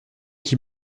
qui